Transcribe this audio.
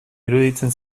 iruditzen